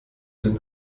den